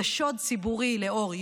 זה שוד ציבורי לאור יום.